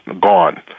gone